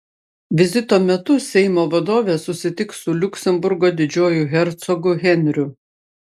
vizito metu seimo vadovė susitiks su liuksemburgo didžiuoju hercogu henriu